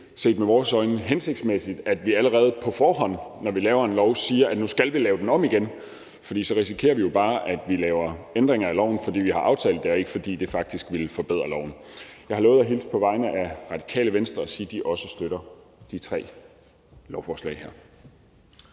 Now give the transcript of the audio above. set med vores øjne er det ikke hensigtsmæssigt, at vi allerede på forhånd, når vi laver en lov, siger, at nu skal vi lave den om igen, for så risikerer vi jo bare, at vi laver ændringer af loven, fordi vi har aftalt det, og ikke fordi det faktisk ville forbedre loven. Jeg har lovet at hilse fra Radikale Venstre og sige, at de også støtter de tre lovforslag her.